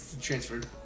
transferred